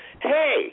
Hey